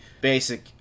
basic